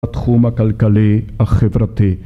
התחום הכלכלי החברתי